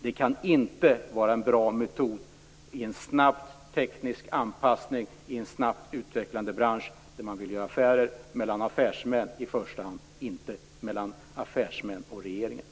Det kan inte vara en bra metod i en bransch med snabb teknisk anpassning och utveckling, där man vill göra affärer i första hand affärsmän emellan och inte mellan affärsmän och regeringar.